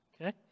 Okay